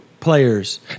Players